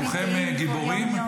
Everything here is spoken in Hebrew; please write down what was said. כולכם גיבורים,